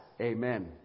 Amen